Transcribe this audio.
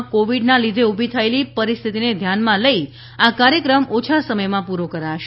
દેશમાં કોવીડના લીઘે ઉભી થયેલી પરિસ્થિતિને ધ્યાનમાં લઈ આ કાર્યક્રમ ઓછા સમયમાં પૂરો કરાશે